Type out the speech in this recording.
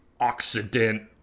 oxidant